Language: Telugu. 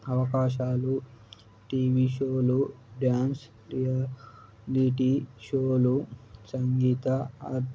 అవకాశాలు టీవీ షోలు డ్యాన్స్ రియాలిటీ షోలు సంగీత